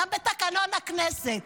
גם בתקנון הכנסת.